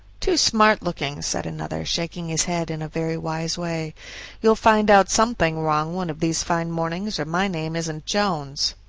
too smart-looking, said another, shaking his head in a very wise way you'll find out something wrong one of these fine mornings, or my name isn't jones.